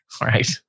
right